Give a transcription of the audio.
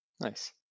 Nice